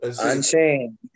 Unchained